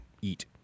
eat